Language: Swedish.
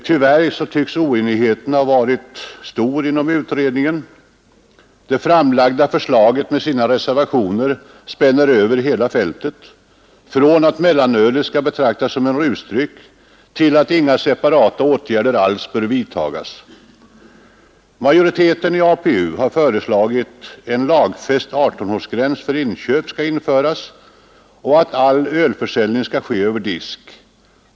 Tyvärr tycks oenigheten ha varit stor inom utredningen. Det framlagda förslaget med sina reservationer spänner över hela fältet — från att mellanölet skall betraktas som rusdryck till att inga separata åtgärder alls bör vidtagas. Majoriteten i APU har föreslagit att en lagfäst 18-årsgräns för inköp skall införas och att all ölförsäljning skall ske över disk.